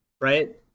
Right